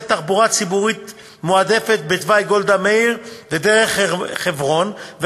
תחבורה ציבורית מועדפת בתוואי גולדה מאיר ודרך חברון,